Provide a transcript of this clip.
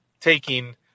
taking